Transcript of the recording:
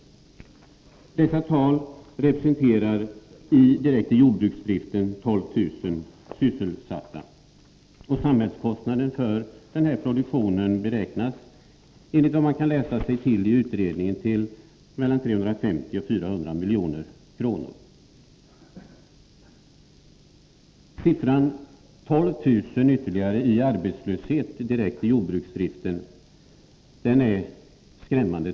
Dessa tal representerar i den direkta jordbruksdriften 12 000 sysselsatta. Samhällskostnaden beräknas enligt vad man kan läsa sig till i utredningen till mellan 350 och 400 milj.kr. Siffran ytterligare 12 000 i arbetslöshet i jordbruksdriften tycker jag är skrämmande.